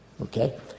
Okay